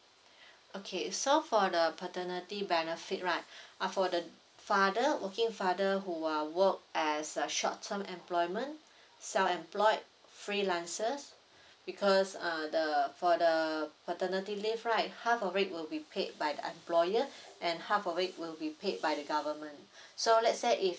okay so for the paternity benefit right uh for the father working father who are work as a short term employment self employed freelancers because uh the for the paternity leave right half of it will be paid by the employer and half of it will be paid by the government so let's say if